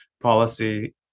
policy